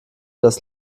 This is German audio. dass